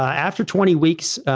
after twenty weeks,